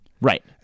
Right